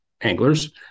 anglers